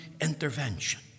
intervention